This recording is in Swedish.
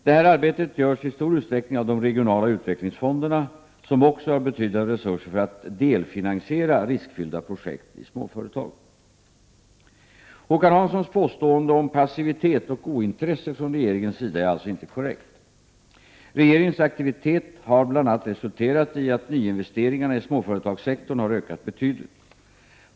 Detta arbete görs i stor utsträckning av de regionala utvecklingsfonderna som också har betydande resurser för att delfinansiera riskfyllda projekt i småföretag. Håkan Hanssons påstående om passivitet och ointresse från regeringens sida är alltså inte korrekt. Regeringens aktivitet har bl.a. resulterat i att nyinvesteringarna i småföretagssektorn har ökat betydligt.